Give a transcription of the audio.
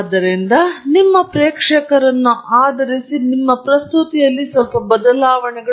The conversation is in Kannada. ಆದ್ದರಿಂದ ನಿಮ್ಮ ಪ್ರೇಕ್ಷಕರನ್ನು ಆಧರಿಸಿ ನಿಮ್ಮ ಪ್ರಸ್ತುತಿ ಬದಲಾವಣೆಗಳು